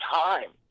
time